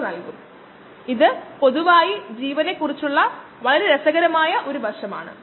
ഇവയ്ക്കായി ഉപയോഗിക്കുന്ന പൊതുവായ ചില അളവെടുക്കൽ രീതികൾ നമ്മൾ പരിശോധിക്കും